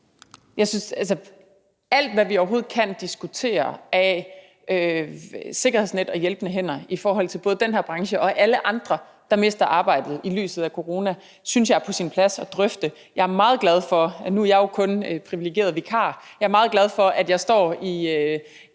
alt, hvad vi overhovedet kan diskutere af sikkerhedsnet og hjælpende hænder i forhold til både den her branche og alle andre, der mister arbejdet i lyset af corona, er det på sin plads at drøfte. Jeg er meget glad for – og nu er jeg jo kun privilegeret vikar – at jeg står i